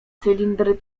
cylindry